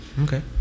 Okay